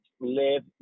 live